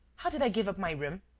how did i give up my room?